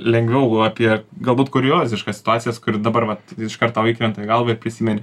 lengviau apie galbūt kurioziškas situacijas kur dabar vat iš karto įkrenta galvą ir prisimeni